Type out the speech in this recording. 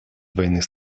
двойных